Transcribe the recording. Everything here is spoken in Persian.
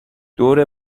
دور